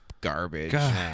garbage